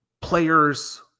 players